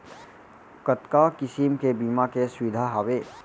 कतका किसिम के बीमा के सुविधा हावे?